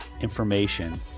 information